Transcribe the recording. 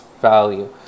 value